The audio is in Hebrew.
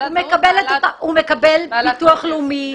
הוא מקבל ביטוח לאומי,